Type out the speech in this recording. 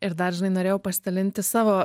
ir dar žinai norėjau pasidalinti savo